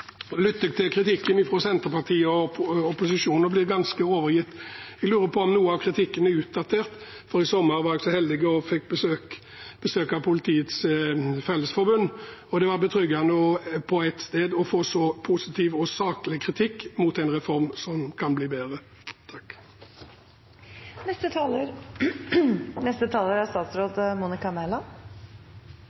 opposisjonen og blir ganske overgitt. Jeg lurer på om noe av kritikken er utdatert, for i sommer var jeg så heldig å få besøk av Politiets Fellesforbund. Det var betryggende å få så positiv og saklig kritikk mot en reform som kan bli bedre. Trygghet i hverdagen er